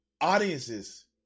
audiences